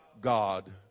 God